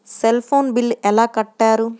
Cell phone bill ఎలా కట్టారు?